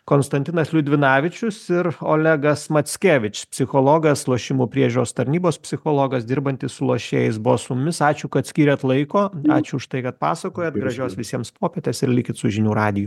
konstantinas liudvinavičius ir olegas mackevič psichologas lošimų priežiūros tarnybos psichologas dirbantis su lošėjais buvo su mumis ačiū kad skyrėt laiko ačiū už tai kad pasakojat gražios visiems popietės ir likit su žinių radiju